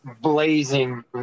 blazing